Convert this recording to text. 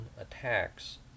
attacks